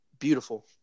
Beautiful